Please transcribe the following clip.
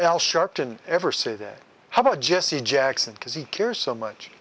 al sharpton ever say that how about jesse jackson because he cares so much